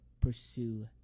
pursue